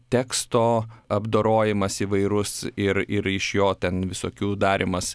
teksto apdorojimas įvairus ir ir iš jo ten visokių darymas